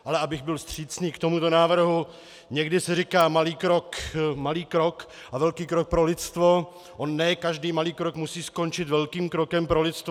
Ale abych byl vstřícný k tomuto návrhu, někdy se říká malý krok a velký krok pro lidstvo, on ne každý malý krok musí skončit velkým krokem pro lidstvo.